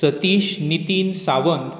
Satish Nitin Sawant